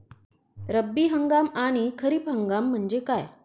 रब्बी हंगाम आणि खरीप हंगाम म्हणजे काय?